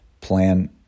plan